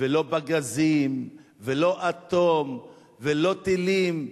ולא פגזים ולא אטום ולא טילים.